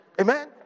Amen